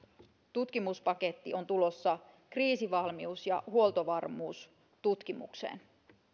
tutkimuspaketti on tulossa kriisivalmius ja huoltovarmuustutkimukseen